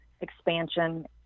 expansion